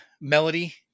melody